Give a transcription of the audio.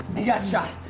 he got shot.